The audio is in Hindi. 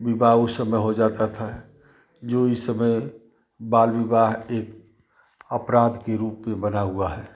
विवाह उस समय हो जाता था जो इस समय बाल विवाह एक अपराध के रूप में बना हुआ है